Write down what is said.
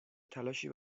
تلاشی